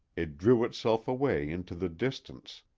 it drew itself away into the distance,